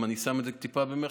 אני שם את זה טיפה במירכאות,